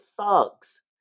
thugs